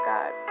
God